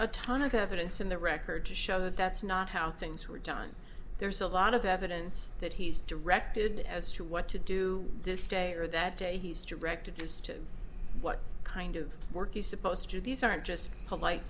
a ton of evidence in the record to show that that's not how things were done there's a lot of evidence that he's directed as to what to do this day or that day he's directed as to what kind of work he's supposed to these aren't just polite